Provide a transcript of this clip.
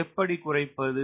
எப்படி குறைப்பது